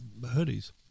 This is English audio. hoodies